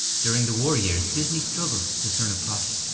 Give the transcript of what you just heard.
during the war years, disney struggled to turn a profit.